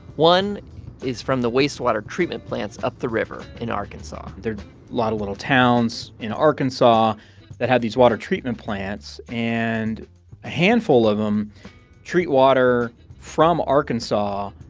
one is from the wastewater treatment plants up the river in arkansas there are lot of little towns in arkansas that have these water treatment plants, and a handful of them treat water from arkansas,